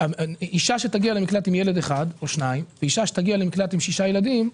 אישה שתגיע למקלט עם ילד אחד או שניים ואישה שתגיע למקלט עם שישה ילדים,